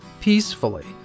peacefully